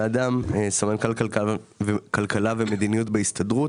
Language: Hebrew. אני אדם, סמנכ"ל כלכלה ומדיניות בהסתדרות.